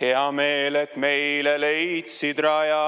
Hea meel, et meile leidsid raja.